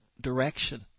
direction